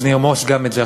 אז נרמוס גם את זה.